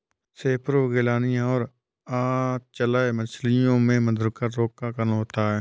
सेपरोगेलनिया और अचल्य मछलियों में मधुरिका रोग का कारण होता है